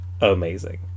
amazing